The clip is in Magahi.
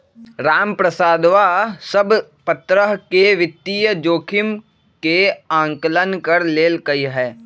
रामप्रसादवा सब प्तरह के वित्तीय जोखिम के आंकलन कर लेल कई है